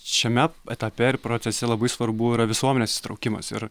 šiame etape ir procese labai svarbu yra visuomenės įsitraukimas ir